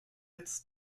hits